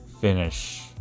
finish